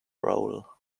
role